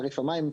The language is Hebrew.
תעריף המים,